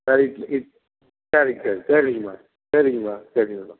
நைட்க்கு இட் சரிங்க சரி சரிங்கம்மா சரிங்கம்மா சரிங்கம்மா